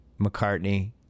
McCartney